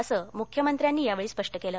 असं मुख्यमंत्र्यांनी यावेळी स्पष्ट केलं